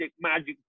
magic